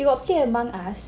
you got play Among Us